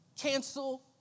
Cancel